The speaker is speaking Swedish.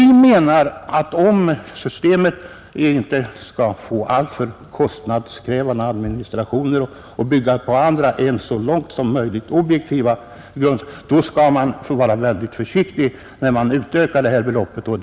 Vi menar att om man inte vill att systemet skall få alltför kostnadskrävande administration eller bygga på andra än så långt som möjligt objektiva grunder, då skall man vara väldigt försiktig med att utöka det här beloppet.